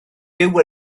byw